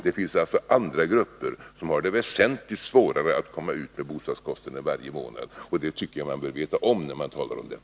Det finns andra grupper som har det väsentligt svårare att klara bostadskostnaden varje månad, och det tycker jag att man bör veta när man talar om detta.